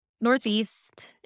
Northeast